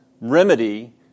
remedy